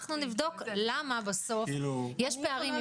אנחנו נבדוק למה בסוף יש פערים.